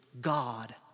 God